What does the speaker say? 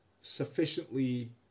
sufficiently